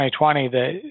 2020